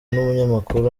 n’umunyamakuru